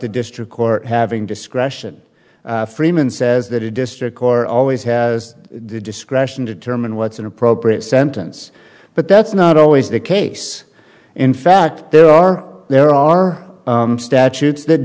the district court having discretion freeman says that he district court always has the discretion to determine what's an appropriate sentence but that's not always the case in fact there are there are statutes that